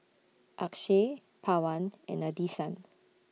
Akshay Pawan and Nadesan